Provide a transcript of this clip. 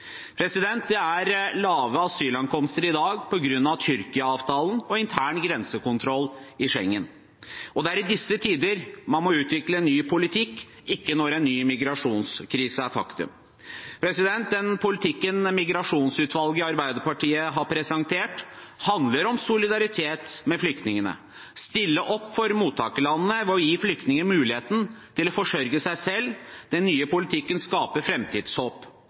Det er et lavt antall asylankomster i dag på grunn av Tyrkia-avtalen og intern grensekontroll i Schengen. Det er i disse tider man må utvikle en ny politikk, ikke når en ny migrasjonskrise er et faktum. Den politikken migrasjonsutvalget i Arbeiderpartiet har presentert, handler om solidaritet med flyktningene, om å stille opp for mottakerlandene ved å gi flyktninger muligheten til å forsørge seg selv. Den nye politikken skaper